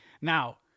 Now